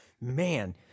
Man